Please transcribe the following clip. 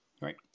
Right